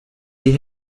die